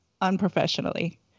unprofessionally